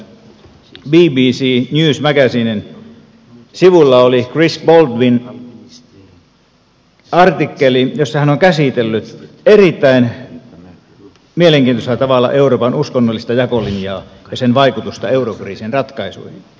päivän bbc news magazinen sivuilla oli chris bowlbyn artikkeli jossa hän on käsitellyt erittäin mielenkiintoisella tavalla euroopan uskonnollista jakolinjaa ja sen vaikutusta eurokriisin ratkaisuihin